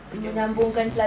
pergi overseas